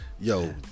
Yo